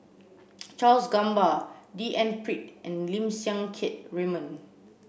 Charles Gamba D N Pritt and Lim Siang Keat Raymond